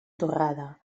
torrada